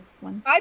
one